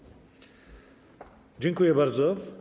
Dziękuję bardzo.